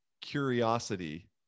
curiosity